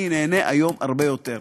אני נהנה היום הרבה יותר.